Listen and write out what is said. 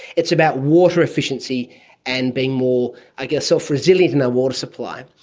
it's about water efficiency and being more i guess self-resilient in our water supply.